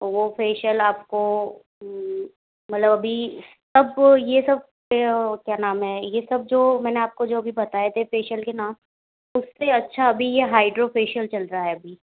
वो फेशियल आपको मतलब अभी सब ये सब क्या नाम है ये सब जो मैंने आपको जो भी बताए थे फेशियल के नाम उससे अच्छा अभी ये हाइड्रो फेशियल चल रहा है अभी